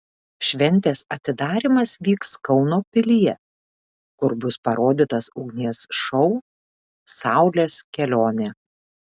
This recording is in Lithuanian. šventės atidarymas vyks kauno pilyje kur bus parodytas ugnies šou saulės kelionė